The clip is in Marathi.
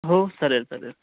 हो चालेल चालेल